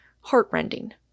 heartrending